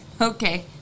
okay